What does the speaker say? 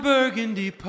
Burgundy